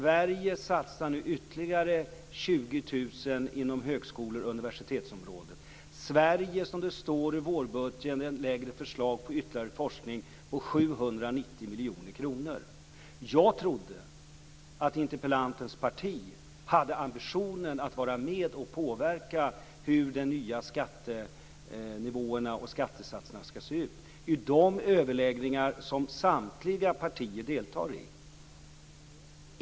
Vi satsar nu på ytterligare 20 000 platser inom högskole och universitetsområdet. Sverige lägger fram förslag om Jag trodde att interpellantens parti hade ambitionen att vara med och påverka de nya skattenivåerna och skattesatserna i de överläggningar där samtliga partier deltar.